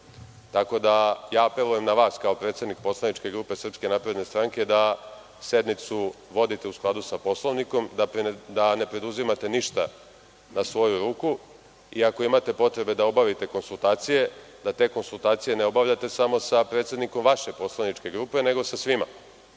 argumente. Apelujem na vas, kao predsednik poslaničke grupe SNS, da sednicu vodite u skladu sa Poslovnikom, da ne preduzimate ništa na svoju ruku. Ako imate potrebe da obavite konsultacije, da te konsultacije ne obavljate samo sa predsednikom vaše poslaničke grupe, nego sa svima,